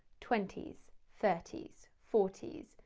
twenty s, thirty s, forty s,